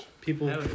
People